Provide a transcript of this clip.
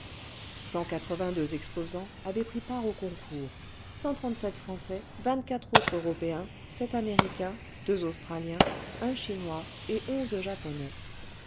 quatre-vingt-deux exposants avaient pris part au concours cent trente-sept français vingt-quatre antres européens sept américains deux australiens un chinois et onze japonais